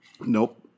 Nope